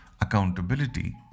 accountability